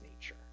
nature